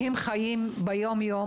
הם חיים את היום יום.